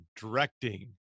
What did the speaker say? directing